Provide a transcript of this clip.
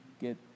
get